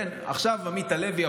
עכשיו עמית הלוי,